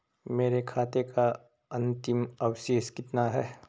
मेरे खाते का अंतिम अवशेष कितना है?